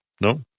No